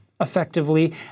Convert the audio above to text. effectively